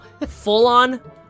full-on